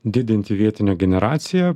didinti vietinę generaciją